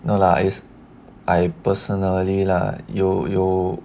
no lah as I personally lah you you